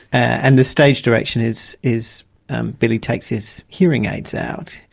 and the stage direction is is billy takes his hearing aids out.